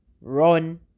run